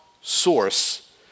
source